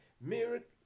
Miracle